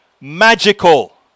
Magical